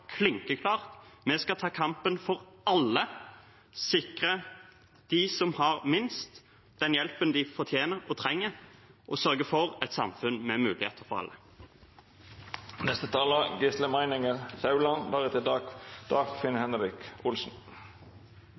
klart at vi skal ta kampen for alle, sikre dem som har minst, den hjelpen de fortjener og trenger, og sørge for et samfunn med muligheter for alle.